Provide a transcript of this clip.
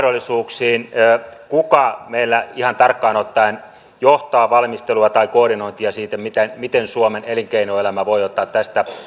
näihin yritysmahdollisuuksiin kuka meillä ihan tarkkaan ottaen johtaa valmistelua tai koordinointia siitä miten miten suomen elinkeinoelämä voi ottaa tästä